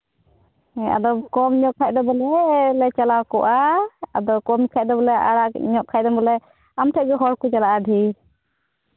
ᱦᱮᱸ ᱟᱫᱚᱢ ᱠᱚᱢ ᱞᱮᱠᱷᱟᱱ ᱫᱚ ᱵᱚᱞᱮ ᱞᱮ ᱪᱟᱞᱟᱣ ᱠᱚᱜᱼᱟ ᱟᱫᱚ ᱠᱚᱢ ᱞᱮᱠᱷᱟᱱ ᱫᱚ ᱟᱲᱟᱜ ᱧᱚᱜ ᱠᱷᱟᱱ ᱫᱚ ᱵᱚᱞᱮ ᱟᱢ ᱴᱷᱮᱱ ᱜᱮ ᱦᱚᱲ ᱠᱚ ᱪᱟᱞᱟᱜᱼᱟ ᱰᱷᱮᱨ